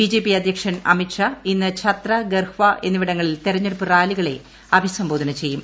BJP അധ്യക്ഷൻ അമിത് ഷാ ഇന്ന് ഛത്ര ഗർഹ്വാ എന്നിവിടങ്ങളിൽ തെരഞ്ഞെടുപ്പ് റാലികളെ അഭിസംബോധന ചെയ്യും